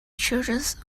children’s